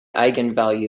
eigenvalue